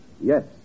Yes